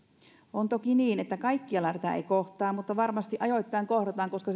on toki niin että kaikkialla tätä ei kohtaa mutta varmasti ajoittain kohdataan koska